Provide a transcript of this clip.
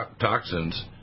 toxins